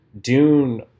dune